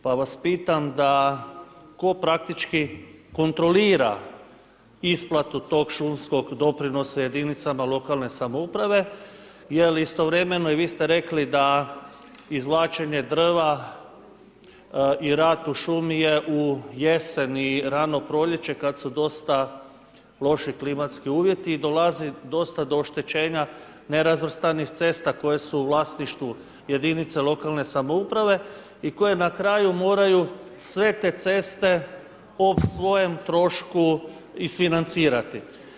Pa vas pitam da tko praktički kontrolira isplatu tog šumskog doprinosa jedinicama lokalne samouprave jer istovremeno i vi ste rekla da izvlačenje drva i rad u šumi je u jesen i radno proljeće kada su dosta loši klimatski uvjeti i dolazi dosta do oštećenja nerazvrstanih cesta koje su u vlasništvu jedinica lokalne samouprave i koje na kraju moraju sve te ceste o svojem trošku isfinancirati.